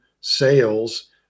sales